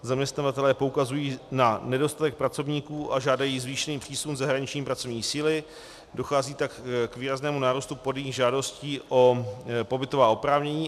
Zaměstnavatelé poukazují na nedostatek pracovníků a žádají zvýšený přísun zahraniční pracovní síly, dochází tak k výraznému nárůstu podaných žádostí o pobytová oprávnění.